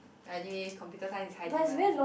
but anyway computer science is high demand